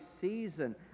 season